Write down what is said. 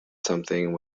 something